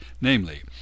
namely